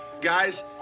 guys